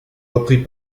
reprit